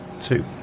two